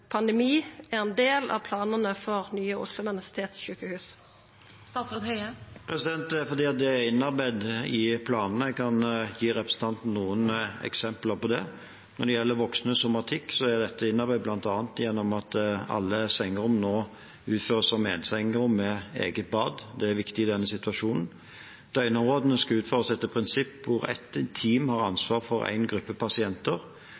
pandemi er ein del av planane for Nye Oslo universitetssjukehus? Det er fordi det er innarbeidet i planene. Jeg kan gi representanten noen eksempler på det: Når det gjelder voksne, somatikk, er dette innarbeidet bl.a. ved at alle sengerom nå innføres som ensengsrom med eget bad. Det er viktig i denne situasjonen. Døgnområdene skal utføres etter et prinsipp der ett team har ansvaret for en gruppe pasienter.